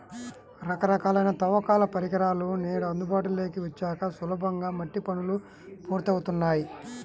రకరకాలైన తవ్వకాల పరికరాలు నేడు అందుబాటులోకి వచ్చాక సులభంగా మట్టి పనులు పూర్తవుతున్నాయి